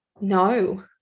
No